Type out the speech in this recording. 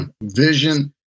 vision